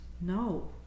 No